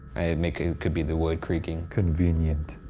i admit, it could be the wood creaking. convenient.